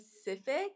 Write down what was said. specific